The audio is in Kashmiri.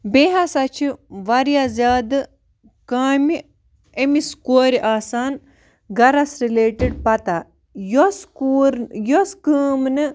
بیٚیہِ ہَسا چھِ واریاہ زیادٕ کامہِ أمِس کورِ آسان گَرَس رٕلیٹٕڈ پَتہ یۄس کوٗر یۄس کٲم نہٕ